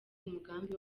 umugambi